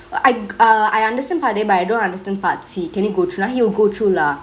I uh I understand part A but I don't understand part C can you go through lah he will go through lah